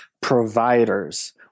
providers